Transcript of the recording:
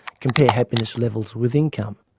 compare happiness levels with income.